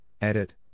edit